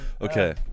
Okay